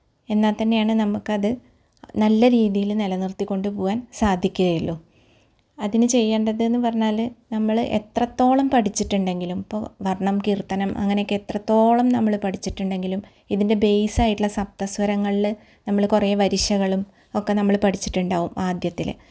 എന്നാൽ തന്നെയാണ് നമുക്കത് നല്ല രീതിയിൽ നിലനിർത്തിക്കൊണ്ട് പോവാൻ സാധിക്കുകയുള്ളൂ അതിന് ചെയ്യേണ്ടതെന്ന് പറഞ്ഞാൽ നമ്മൾ എത്രത്തോളം പഠിച്ചിട്ടുണ്ടെങ്കിലും ഇപ്പോൾ വർണം കീർത്തനം അങ്ങനെയൊക്കെ എത്രത്തോളം നമ്മൾ പഠിച്ചിട്ടുണ്ടെങ്കിലും ബേസ് ആയിട്ടുള്ള സപ്ത സ്വരങ്ങളിൽ നമ്മൾ കുറേ വരിശകളും ഒക്കെ നമ്മൾ പഠിച്ചിട്ടുണ്ടാവും ആദ്യത്തിൽ